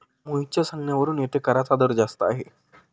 मोहितच्या सांगण्यानुसार येथे कराचा दर जास्त आहे